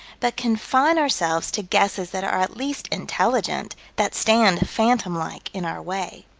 but confine ourselves to guesses that are at least intelligent, that stand phantom-like in our way.